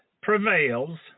prevails